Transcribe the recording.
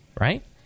Right